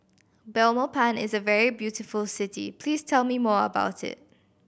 Belmopan is a very beautiful city Please tell me more about it